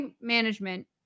management